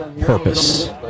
purpose